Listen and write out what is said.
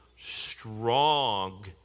strong